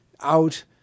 out